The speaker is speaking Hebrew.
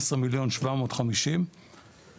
12,750,000 שקלים.